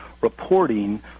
reporting